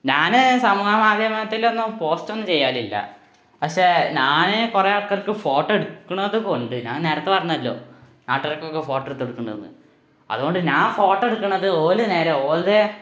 ഞാന് സമൂഹമാധ്യമത്തിലൊന്നും പോസ്റ്റൊന്നും ചെയ്യലില്ല പക്ഷേ ഞാന് കുറേ ആള്ക്കാര്ക്ക് ഫോട്ടോ എടുക്കുന്നത് കൊണ്ട് ഞാന് നേരത്തെ പറഞ്ഞല്ലോ നാട്ടുകാര്ക്കൊക്കെ ഫോട്ടോ എടുത്തുകൊടുക്കുന്നുണ്ട് എന്ന് അതുകൊണ്ട് ഞാന് ഫോട്ടോ എടുക്കുന്നത് ഓല് നേരെ ഓരെ